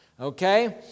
Okay